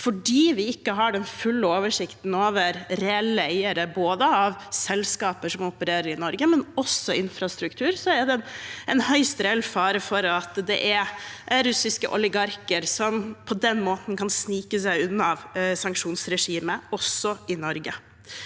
fordi vi ikke har den fulle oversikten over reelle eiere, både når det gjelder selskaper som opererer i Norge og infrastruktur, er det en høyst reell fare for at det er russiske oligarker som på den måten kan snike seg unna sanksjonsregimet, også i Norge.